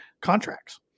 contracts